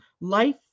Life